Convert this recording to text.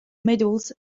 medals